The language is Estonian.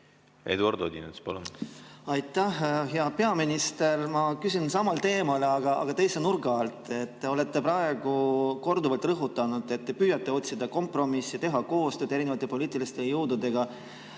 Eduard Odinets, palun! Aitäh! Hea peaminister! Ma küsin samal teemal, aga teise nurga alt. Te olete praegu korduvalt rõhutanud, et püüate otsida kompromisse, teha koostööd erinevate poliitiliste jõududega,